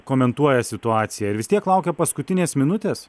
komentuoja situaciją ir vis tiek laukia paskutinės minutės